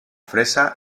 fresa